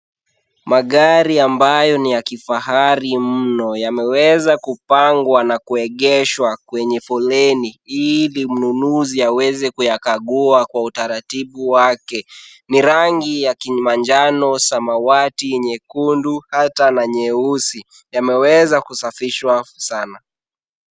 Magari ambayo ni ya kifahari muno yameweza kupangwa na kuegeshwa kwenye foleni ili mnunuzi aweze kuyakagua kwa utaratibu wake, ni rangi ya kimanjano, samawati, nyekundu hata na nyeusi, yameweza kusafishwa sana.